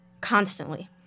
constantly